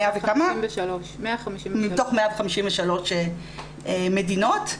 מתוך 153 מדינות.